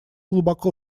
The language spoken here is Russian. глубоко